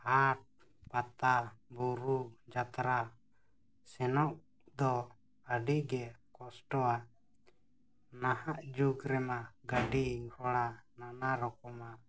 ᱦᱟᱴ ᱯᱟᱛᱟ ᱵᱩᱨᱩ ᱡᱟᱛᱨᱟ ᱥᱮᱱᱚᱜ ᱫᱚ ᱟᱹᱰᱤᱜᱮ ᱠᱚᱥᱴᱚᱣᱟ ᱱᱟᱦᱟᱜ ᱡᱩᱜᱽ ᱨᱮᱱᱟᱜ ᱜᱟᱹᱰᱤ ᱜᱷᱚᱲᱟ ᱱᱟᱱᱟ ᱨᱚᱠᱚᱢᱟᱜ